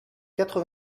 quatre